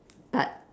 but